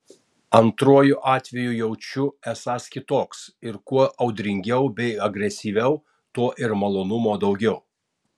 antruoju atveju jaučiu esąs kitoks ir kuo audringiau bei agresyviau tuo ir malonumo daugiau